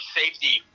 safety